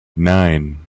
nine